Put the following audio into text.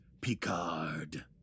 Picard